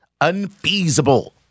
unfeasible